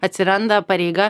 atsiranda pareiga